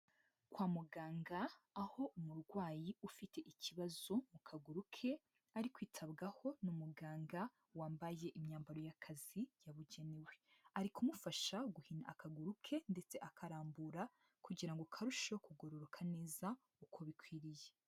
Kwa muganga, aho umurwayi ufite ikibazo mu kaguru ke ari kwitabwaho na muganga wambaye imyambaro y'akazi yabugenewe, ari kumufasha guhina akaguru ke ndetse akarambura, kugira ngo karusheho kugororoka neza uko bikwiriye.